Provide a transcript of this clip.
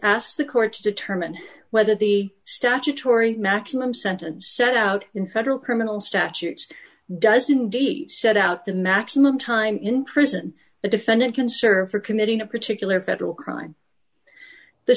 asked the court to determine whether the statutory maximum sentence set out in federal criminal statutes doesn't date set out the maximum time in prison the defendant can serve for committing a particular federal crime the